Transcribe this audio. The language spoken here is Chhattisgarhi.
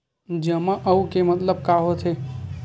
जमा आऊ के मतलब का होथे?